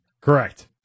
Correct